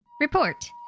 Report